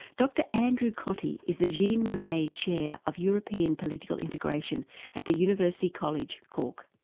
dr andrew cottey is the jean monnet chair of european political integration at the university college, cork.